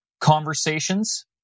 conversations